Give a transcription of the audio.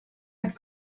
had